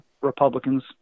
Republicans